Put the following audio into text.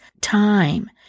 time